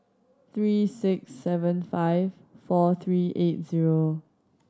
three six seven five four three eight zero